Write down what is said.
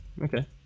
Okay